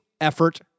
effort